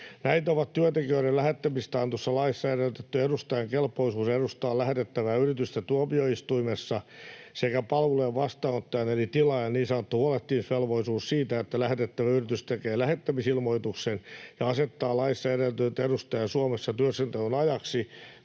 Näitä ovat työntekijöiden lähettämisestä annetussa laissa edellytetty edustajan kelpoisuus edustaa lähettävää yritystä tuomioistuimessa sekä palvelujen vastaanottajan eli tilaajan niin sanottu huolehtimisvelvollisuus siitä, että lähettävä yritys tekee lähettämisilmoituksen ja asettaa laissa edellytetyn edustajan Suomessa työskentelyn ajaksi